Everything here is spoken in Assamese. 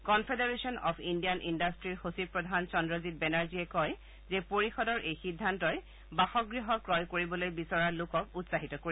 কনফেডাৰেচন অব ইণ্ডিয়ান ইণ্ডাট্টিৰ সচিবপ্ৰধান চন্দ্ৰজিত বেনাৰ্জীয়ে কয় যে পৰিষদৰ এই সিদ্ধান্তই বাসগৃহ ক্ৰয় কৰিবলৈ বিচৰা লোকক উৎসাহিত কৰিব